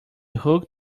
hook